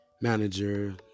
manager